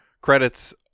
credits